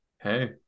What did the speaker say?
hey